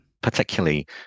Particularly